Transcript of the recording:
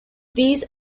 these